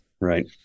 Right